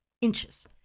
inches